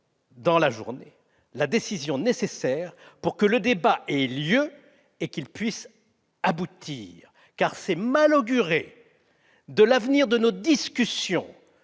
dans la journée la décision nécessaire pour que le débat ait lieu et qu'il puisse aboutir. Car c'est mal augurer de l'avenir de nos discussions